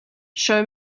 show